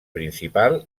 principal